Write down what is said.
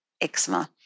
eczema